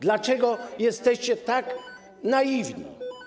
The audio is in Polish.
Dlaczego jesteście tak naiwni?